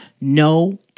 no